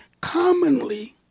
Commonly